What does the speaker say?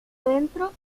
adentro